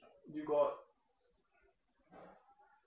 you got